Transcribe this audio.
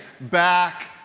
back